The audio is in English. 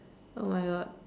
oh my god